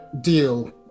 deal